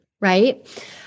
right